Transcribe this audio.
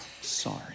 sorry